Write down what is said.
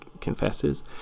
confesses